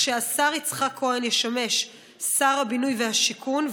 שהשר יצחק כהן ישמש שר הבינוי והשיכון,